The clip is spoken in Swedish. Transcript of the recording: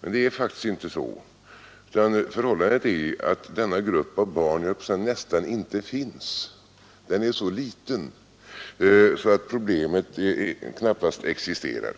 Men det är faktiskt inte så. Förhållandet är att denna grupp av barn — jag höll på att säga — nästan inte finns. Den är så liten att problemet knappast existerar.